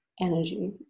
energy